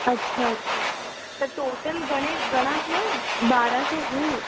अच्छा अच्छा त टोटल घणे घणा थियो ॿारहं सौ हू